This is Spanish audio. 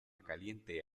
caliente